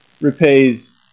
repays